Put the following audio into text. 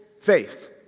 faith